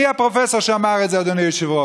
מי הפרופסור שאמר את זה, אדוני היושב-ראש?